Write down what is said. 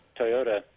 Toyota